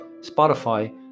Spotify